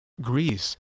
Greece